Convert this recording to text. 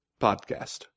podcast